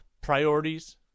priorities